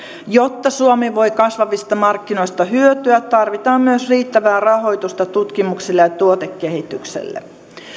jotta suomi voi kasvavista markkinoista hyötyä tarvitaan myös riittävää rahoitusta tutkimukselle ja tuotekehitykselle